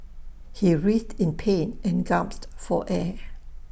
he writhed in pain and gasped for air